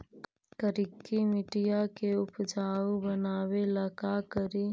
करिकी मिट्टियां के उपजाऊ बनावे ला का करी?